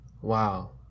Wow